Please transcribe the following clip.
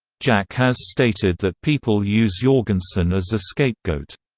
jack has stated that people use jorgensen as a scapegoat.